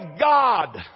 God